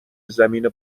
زمین